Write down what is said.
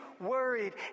worried